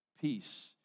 peace